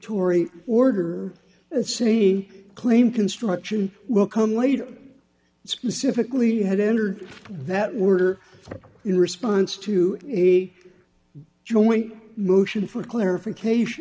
tory order and c claim construction will come later specifically had entered that were in response to a joint motion for clarification